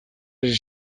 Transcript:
hasi